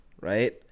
right